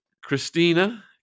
christina